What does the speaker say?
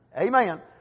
Amen